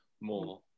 more